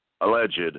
alleged